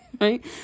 Right